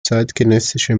zeitgenössische